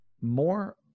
more